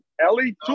Ellie